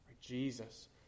Jesus